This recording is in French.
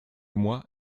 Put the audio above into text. moi